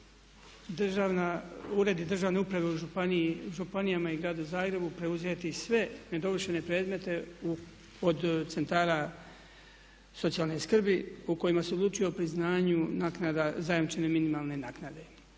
uredi državne uprave u županijama i Gradu Zagrebu preuzeti sve nedovršene predmete od centara socijalne skrbi u kojima se odlučuje o priznanju naknada zajamčene minimalne naknade.